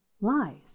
lies